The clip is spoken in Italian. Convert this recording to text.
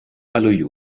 allo